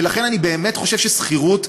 ולכן אני באמת חושב ששכירות,